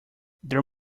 there